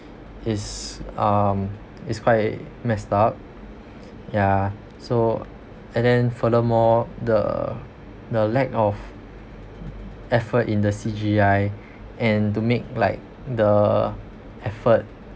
is um is quite messed up ya so and then furthermore the the lack of effort in the C_G_I and to make like the effort